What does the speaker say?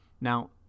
Now